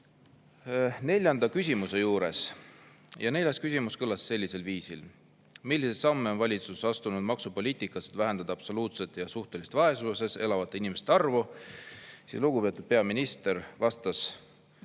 ikkagi toimub. Teate, neljas küsimus kõlas sellisel viisil: milliseid samme on valitsus astunud maksupoliitikas, et vähendada absoluutses ja suhtelises vaesuses elavate inimeste arvu? Lugupeetud peaminister vastas: